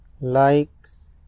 Likes